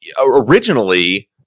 originally